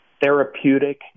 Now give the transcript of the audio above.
Therapeutic